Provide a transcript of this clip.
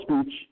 speech